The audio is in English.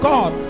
God